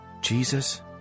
Jesus